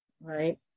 right